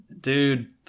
dude